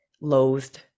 loathed